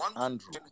Andrew